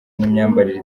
n’imyambarire